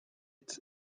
bet